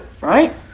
Right